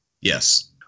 Yes